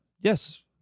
Yes